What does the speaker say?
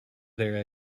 their